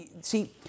see